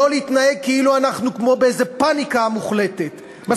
להתנהג כאילו אנחנו באיזו פניקה מוחלטת.